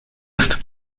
ist